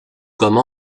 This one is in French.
comme